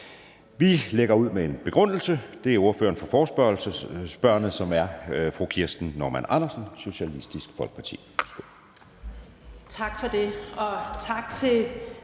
Vi lægger ud med en begrundelse fra ordføreren for forespørgerne, som er fru Kirsten Normann Andersen, Socialistisk Folkeparti.